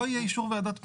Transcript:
לא יהיה אישור ועדת פנים.